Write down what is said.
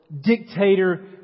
Dictator